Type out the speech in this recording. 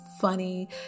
funny